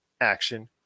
action